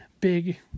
big